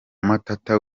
matata